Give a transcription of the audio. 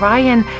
Ryan